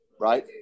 Right